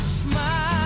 smile